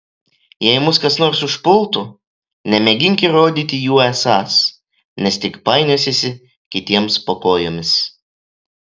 jei mus kas nors užpultų nemėgink įrodyti juo esąs nes tik painiosiesi kitiems po kojomis